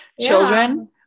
Children